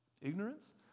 Ignorance